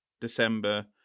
December